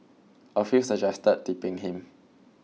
a few suggested tipping him